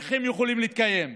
איך הם יכולים להתקיים?